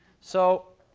so